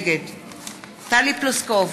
נגד טלי פלוסקוב,